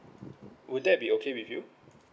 would that be okay with you